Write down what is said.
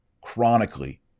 chronically